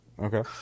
Okay